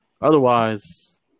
Otherwise